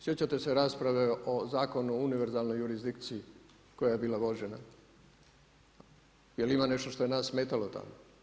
Sjećate se rasprave o Zakonu o univerzalnoj jurisdikciji koja je bila vođena, jel ima nešto što je nas smetalo tamo?